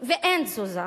ואין תזוזה?